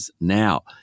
now